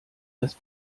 das